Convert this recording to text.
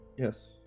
Yes